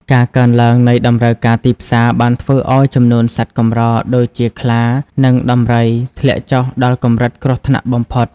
ការកើនឡើងនៃតម្រូវការទីផ្សារបានធ្វើឱ្យចំនួនសត្វកម្រ ដូចជាខ្លា និងដំរី ធ្លាក់ចុះដល់កម្រិតគ្រោះថ្នាក់បំផុត។